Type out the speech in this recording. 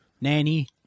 Nanny